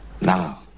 Now